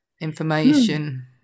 information